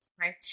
right